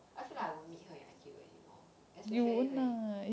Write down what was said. I feel like I won't meet her and R_Q anymore especially